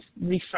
refresh